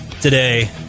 today